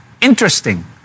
Interesting